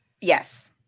yes